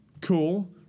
cool